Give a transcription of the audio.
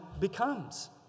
becomes